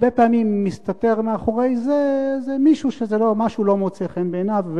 הרבה פעמים מסתתר מאחורי זה מישהו שמשהו לא מוצא חן בעיניו,